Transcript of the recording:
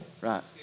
right